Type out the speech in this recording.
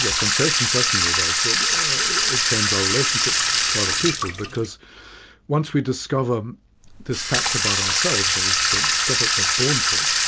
yeah sensation certainly does ah change our relationship to other people, because once we discover this fact about ourselves, though we don't discover it, we're born to it,